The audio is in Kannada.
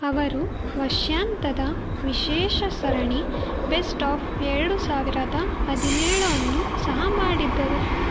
ಅವರು ವರ್ಷಾಂತ್ಯದ ವಿಶೇಷ ಸರಣಿ ಬೆಸ್ಟ್ ಆಫ್ ಎರಡು ಸಾವಿರದ ಹದಿನೇಳು ಅನ್ನು ಸಹ ಮಾಡಿದ್ದರು